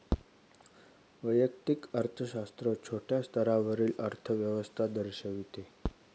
वैयक्तिक अर्थशास्त्र छोट्या स्तरावरील अर्थव्यवस्था दर्शविते